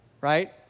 Right